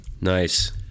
Nice